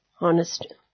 Honest